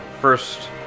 first